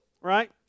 right